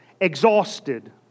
exhausted